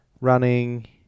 running